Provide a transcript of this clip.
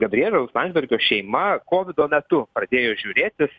gabrieliaus landsbergio šeima kovido metu pradėjo žiūrėtis